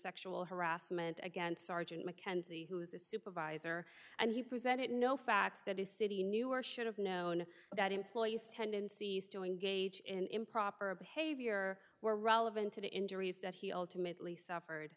sexual harassment against sergeant mckenzie who is a supervisor and you present it no facts that the city knew or should have known that employees tendencies to engage in improper behavior were relevant to the injuries that he ultimately suffered